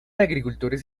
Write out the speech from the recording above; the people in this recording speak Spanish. agricultores